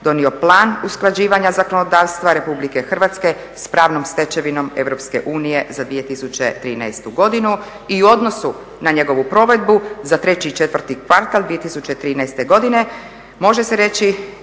donio plan usklađivanja zakonodavstva Republike Hrvatske sa pravnom stečevinom EU za 2013. godinu i u odnosu na njegovu provedbu za 3. i 4. kvartal 2013. godine može se reći